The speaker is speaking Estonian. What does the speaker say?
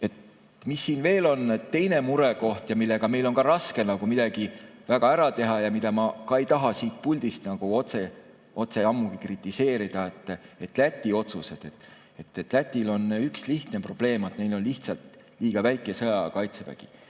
Siin on veel teine murekoht, millega meil on raske midagi väga ära teha ja mida ma ka ei taha siit puldist otse ammugi kritiseerida. Need on Läti otsused. Lätil on üks lihtne probleem, et neil on lihtsalt liiga väike sõjaaja kaitsevägi.